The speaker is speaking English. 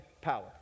power